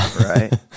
Right